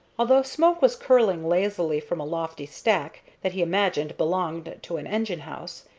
although smoke was curling lazily from a lofty stack, that he imagined belonged to an engine-house,